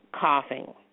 coughing